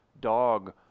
dog